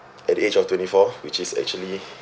at the age of twenty four which is actually